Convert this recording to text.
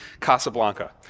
Casablanca